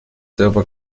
server